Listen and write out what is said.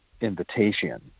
invitation